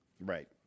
Right